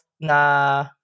na